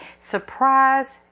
surprise